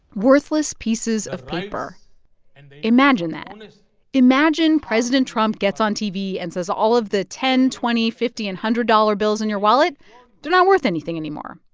worthless pieces of paper and imagine that. imagine president trump gets on tv and says all of the ten, twenty, fifty and hundred-dollar bills in your wallet they're not worth anything anymore.